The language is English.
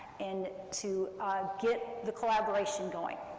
and to get the collaboration going,